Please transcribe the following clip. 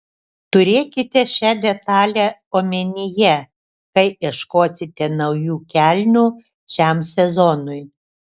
turėkite šią detalę omenyje kai ieškosite naujų kelnių šiam sezonui